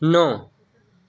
नौ